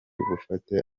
bufate